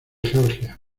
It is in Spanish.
georgia